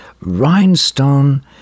rhinestone